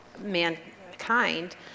mankind